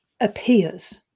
appears